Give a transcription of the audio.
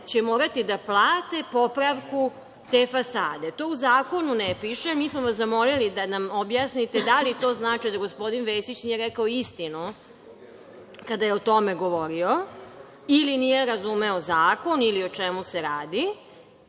će morati da plate popravku te fasade. To u zakonu ne piše. Mi smo vas zamolili da nam objasnite da li to znači da gospodin Vesić nije rekao istinu kada je o tome govorio ili nije razumeo zakon ili o čemu se radi,